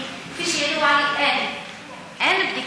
כי כפי שידוע לי, אין.